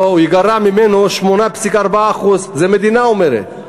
וייגרעו ממנו 8.4%. את זה המדינה אומרת.